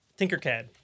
Tinkercad